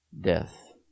Death